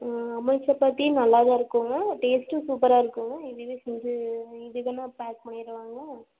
அமுல் சப்பாத்தி நல்லா தான் இருக்குதுங்க டேஸ்ட்டும் சூப்பராக இருக்குங்க இதுவே செஞ்சு இது வேணா பேக் பண்ணிடுவாங்க